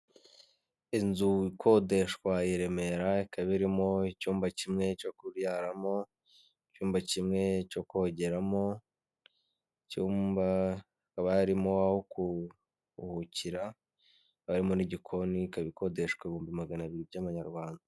Inzu ikodeshwa i Remera ikaba irimo icyumba kimwe cyo kuraramo, icyumba kimwe cyo kogeramo, icyumba haba harimo aho kuruhukira, harimo n'igikoni ikabi ikodeshwa ibihumbi magana abiri by'amanyarwanda.